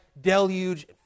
deluge